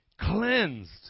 cleansed